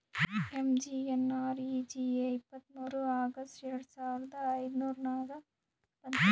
MGNREGA ಇಪ್ಪತ್ತ್ಮೂರ್ August ಎರಡು ಸಾವಿರದ ಐಯ್ದುರ್ನಾಗ್ ಬಂತು